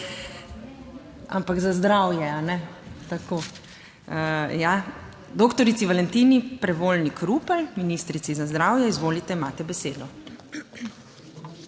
Ampak za zdravje, a ne? Tako, ja. Doktorici Valentini Prevolnik Rupel, ministrici za zdravje. Izvolite, imate besedo.